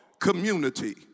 community